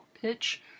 Pitch